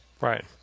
Right